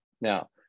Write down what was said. Now